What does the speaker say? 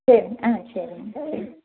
சரி ஆ சரிங்க